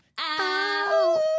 Out